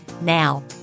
Now